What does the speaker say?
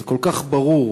זה כל כך ברור.